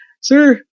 Sir